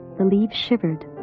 the leaves shivered,